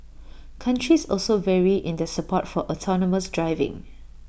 countries also vary in their support for autonomous driving